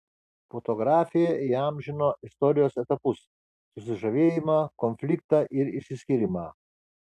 fotografė įamžino istorijos etapus susižavėjimą konfliktą ir išsiskyrimą